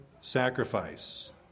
sacrifice